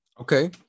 Okay